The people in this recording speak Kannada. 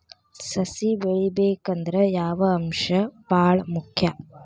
ಸಸಿ ಬೆಳಿಬೇಕಂದ್ರ ಯಾವ ಅಂಶ ಭಾಳ ಮುಖ್ಯ?